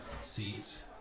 seats